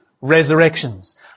resurrections